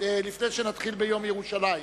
לפני שנתחיל בציון יום ירושלים,